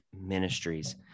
Ministries